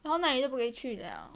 然后那里都不可以不给去了